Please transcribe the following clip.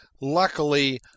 luckily